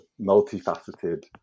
multifaceted